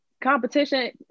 competition